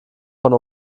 von